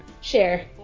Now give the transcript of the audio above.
share